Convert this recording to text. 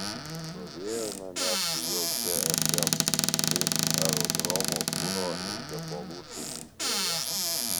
stovėjome mes su juo gsm kitaip aerodromo kuro ir tepalų saugykloje